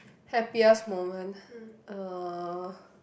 happiest moment uh